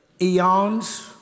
eons